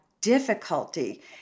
difficulty